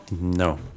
No